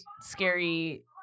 scary